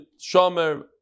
Shomer